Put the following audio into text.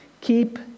keep